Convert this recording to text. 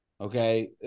Okay